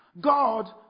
God